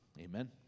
Amen